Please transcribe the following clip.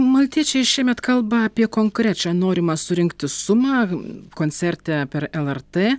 maltiečiai šiemet kalba apie konkrečią norimą surinkti sumą koncerte per lrt